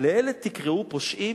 לאלה תקראו פושעים?